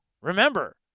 Remember